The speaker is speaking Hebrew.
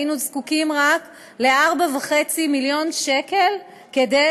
היינו זקוקים רק ל-4.5 מיליון שקל כדי